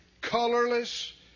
colorless